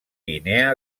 guinea